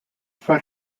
for